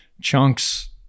chunks